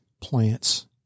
plants